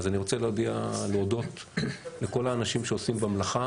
אז אני רוצה להודות לכל האנשים שעושים במלאכה